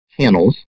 channels